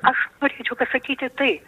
aš norėčiau pasakyti taip